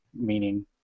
meaning